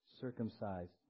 circumcised